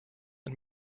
and